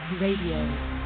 Radio